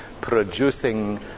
producing